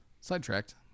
Sidetracked